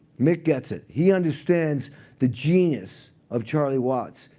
mick gets it. he understands the genius of charlie watts,